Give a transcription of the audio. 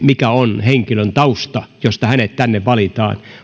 mikä on se henkilön tausta josta hänet tänne valintaan